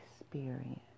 experience